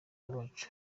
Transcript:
rwacu